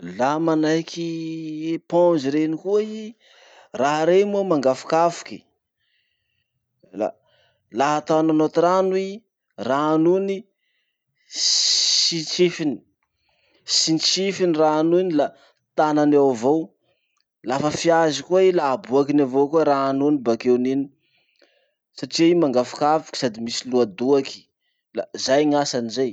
Laha manahaky éponge reny koa i, raha reny moa mangafokafoky. La, laha atao anaty rano i, rano iny sitrifiny. Sitrifiny rano iny la tanany ao avao, lafa fiazy koa i la aboakiny avao koa rano iny bakeon'iny. Satria i mangafokafoky sady misy loadoaky. La zay gn'asany zay.